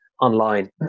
online